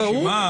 ברשימה